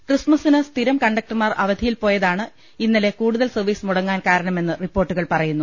ക്രിസ്തുമസിന് സ്ഥിരം കണ്ടക്ടർമാർ അവധി യിൽ പോയതാണ് ഇന്നലെ കൂടുതൽ സർവ്വീസ് മുടങ്ങാൻ കാരണമെന്ന് റിപ്പോർട്ടുകൾ പറയുന്നു